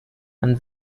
and